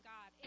God